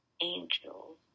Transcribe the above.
angel